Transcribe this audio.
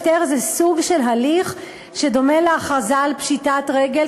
הפטר זה סוג של הליך שדומה להכרזה על פשיטת רגל,